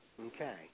Okay